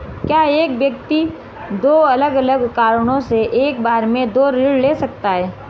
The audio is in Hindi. क्या एक व्यक्ति दो अलग अलग कारणों से एक बार में दो ऋण ले सकता है?